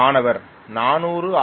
மாணவர் 400 ஆர்